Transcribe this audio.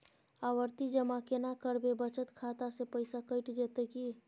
आवर्ति जमा केना करबे बचत खाता से पैसा कैट जेतै की?